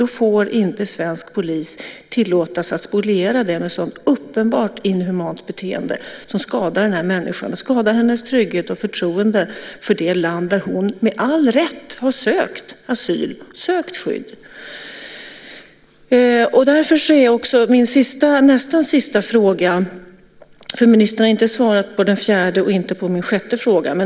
Då får inte svensk polis tillåtas att spoliera den med ett sådant uppenbart inhumant beteende som skadar denna människas trygghet och förtroende för det land där hon med all rätt har sökt asyl - sökt skydd. Ministern har inte svarat på min fjärde och min sjätte fråga.